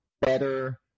better